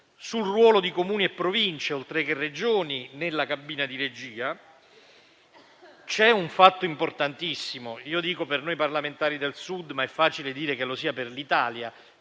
Sul ruolo di Comuni e Province, oltre che Regioni, nella cabina di regia c'è un fatto importantissimo (io dico per noi parlamentari del Sud, ma è facile dire che lo sia per l'Italia),